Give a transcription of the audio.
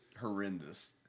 Horrendous